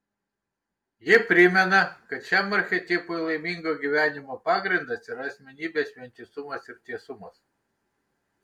ji primena kad šiam archetipui laimingo gyvenimo pagrindas yra asmenybės vientisumas ir tiesumas